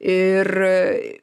ir a